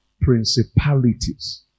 principalities